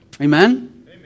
Amen